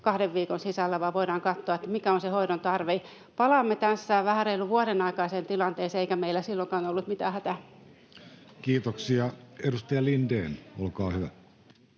kahden viikon sisällä, vaan voidaan katsoa, mikä on se hoidon tarve. Palaamme tässä vähän reilun vuoden takaiseen tilanteeseen, eikä meillä silloinkaan ollut mitään hätää. Kiitoksia. — Edustaja Lindén, olkaa hyvä.